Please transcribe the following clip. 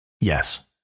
yes